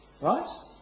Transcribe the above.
Right